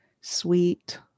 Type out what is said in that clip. sweet